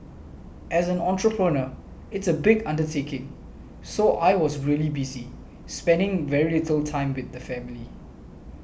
as an entrepreneur it's a big undertaking so I was really busy spending very little time with the family